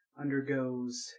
undergoes